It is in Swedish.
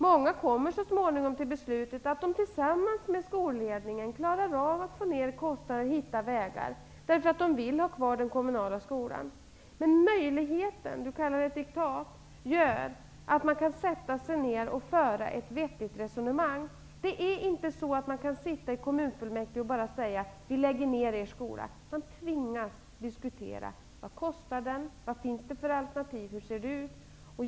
Många kommer så småningom till beslutet att de tillsammans med skolledningen klarar av att få ner kostnader och hitta vägar att ha kvar den kommunala skolan. Nu finns möjligheten -- Inger Lundberg kallar det diktat -- att föra ett vettigt resonemang om detta. Det går inte att sitta i kommunfullmäktige och bara säga: Vi lägger ner er skola. Man tvingas diskutera. Vad kostar skolan? Vad finns det för alternativ?